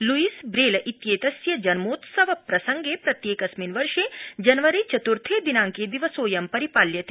Lewis Braille इत्येतस्य जन्मोत्सव प्रसंगे प्रत्येकस्मिन् वर्षे जनवरी चतुर्थे दिनांके दिवसोऽयं परिपाल्यते